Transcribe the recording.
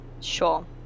Sure